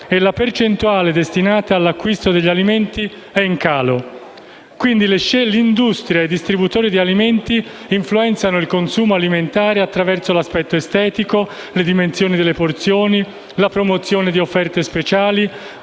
e la percentuale destinata all'acquisto di alimenti è in calo. L'industria e i distributori di alimenti influenzano il consumo alimentare attraverso l'aspetto estetico, le dimensioni delle porzioni, la promozione di offerte speciali.